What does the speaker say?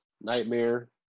nightmare